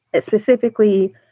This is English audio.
specifically